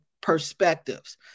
perspectives